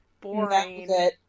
Boring